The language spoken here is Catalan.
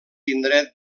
indret